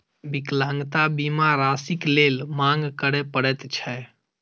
विकलांगता बीमा राशिक लेल मांग करय पड़ैत छै